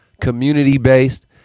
community-based